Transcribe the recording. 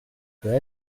peu